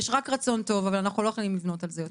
יש רק רצון טוב אבל אנחנו לא יכולים לבנות על זה יותר.